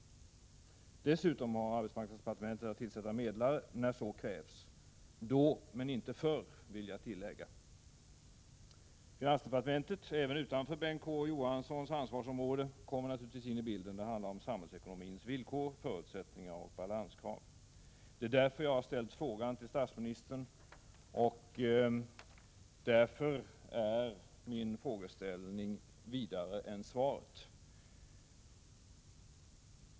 Dessutom har arbetsmarknadsdepartementet att tillsätta medlare om så krävs — då, men inte förr, vill jag tillägga. Finansdepartementet, även utanför Bengt K. Å. Johanssons ansvarsområde, kommer naturligtvis också in i bilden. Det handlar om samhällsekonomins villkor, förutsättningar och balanskrav. Det är därför jag har ställt frågan till statsministern. Min fråga berör ett vidare område än svaret.